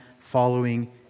following